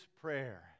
prayer